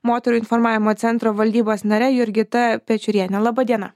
moterų informavimo centro valdybos nare jurgita pečiūrienė laba diena